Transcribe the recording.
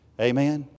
Amen